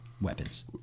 weapons